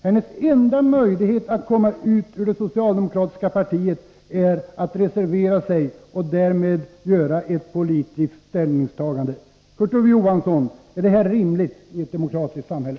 Hennes enda möjlighet att komma ut ur det socialdemokratiska partiet är att reservera sig och därmed göra ett politiskt ställningstagande. Kurt Ove Johansson, är detta rimligt i ett demokratiskt samhälle?